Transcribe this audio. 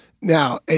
Now